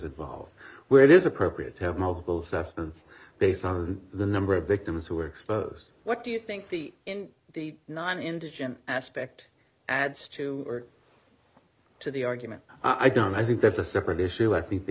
involved where it is appropriate to have multiple substance based on the number of victims who were exposed what do you think the in the non indigenous aspect adds to to the argument i don't i think there's a separate issue i think the